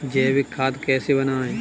जैविक खाद कैसे बनाएँ?